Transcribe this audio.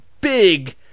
big